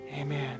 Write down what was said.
Amen